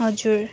हजुर